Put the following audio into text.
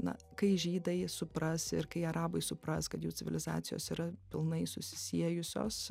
na kai žydai supras ir kai arabai supras kad jų civilizacijos yra pilnai susisiejusios